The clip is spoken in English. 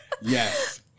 yes